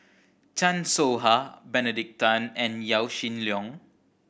Chan Soh Ha Benedict Tan and Yaw Shin Leong